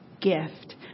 Gift